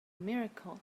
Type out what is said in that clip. miracle